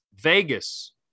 Vegas